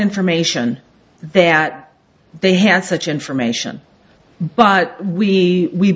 information that they had such information but we we